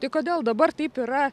tai kodėl dabar taip yra